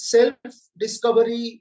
Self-discovery